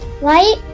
right